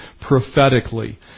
prophetically